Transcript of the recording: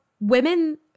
women